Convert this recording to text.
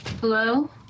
Hello